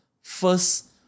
first